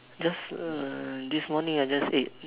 just hmm this morning I just ate